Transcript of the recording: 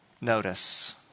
notice